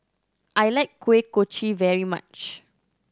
I like Kuih Kochi very much